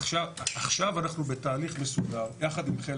עכשיו אנחנו בתהליך מסודר יחד עם חיל